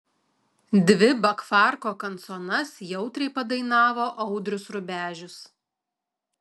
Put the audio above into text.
dvi bakfarko kanconas jautriai padainavo audrius rubežius